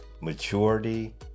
maturity